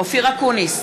אופיר אקוניס,